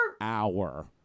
Hour